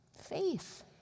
Faith